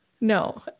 no